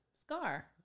scar